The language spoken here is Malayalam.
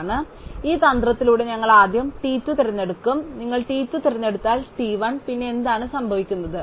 അതിനാൽ ഈ തന്ത്രത്തിലൂടെ ഞങ്ങൾ ആദ്യം t 2 തിരഞ്ഞെടുക്കും നിങ്ങൾ t 2 തിരഞ്ഞെടുത്താൽ t 1 പിന്നെ എന്താണ് സംഭവിക്കുന്നത്